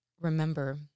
remember